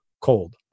cold